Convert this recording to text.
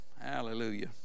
hallelujah